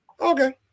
Okay